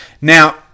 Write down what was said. Now